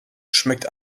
schmeckt